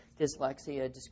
dyslexia